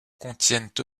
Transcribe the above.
contiennent